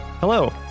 Hello